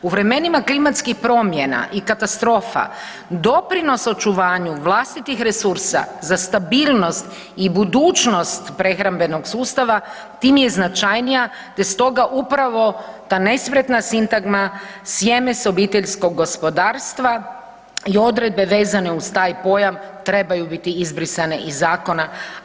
U vremenima klimatskih promjena i katastrofa doprinos očuvanju vlastitih resursa za stabilnost i budućnost prehrambenog sustava tim je značajnija te stoga upravo ta nespretna sintagma sjeme s obiteljskog gospodarstva i odredbe vezane uz taj pojam trebaju biti izbrisane iz zakona.